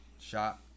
shot